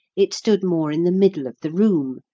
it stood more in the middle of the room,